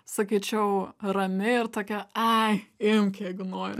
sakyčiau rami ir tokia ai imk jeigu nori